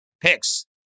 Picks